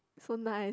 so nice